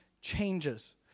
changes